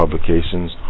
Publications